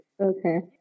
Okay